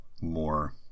more